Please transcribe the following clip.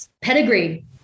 pedigree